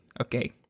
okay